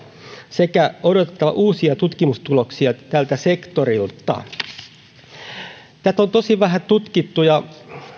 sekä odotettava uusia tutkimustuloksia tältä sektorilta tätä on tosi vähän tutkittu ja